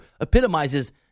epitomizes